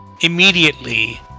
immediately